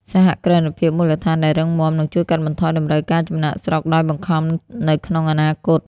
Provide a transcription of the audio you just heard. សហគ្រិនភាពមូលដ្ឋានដែលរឹងមាំ នឹងជួយកាត់បន្ថយតម្រូវការចំណាកស្រុកដោយបង្ខំនៅក្នុងអនាគត។